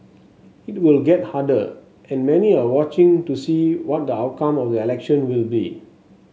it will get harder and many are watching to see what the outcome of the election will be